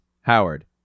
Howard